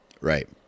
Right